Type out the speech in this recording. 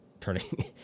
turning